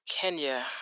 Kenya